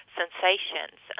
sensations